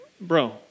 bro